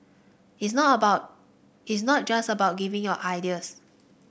it's not about is not just about giving your ideas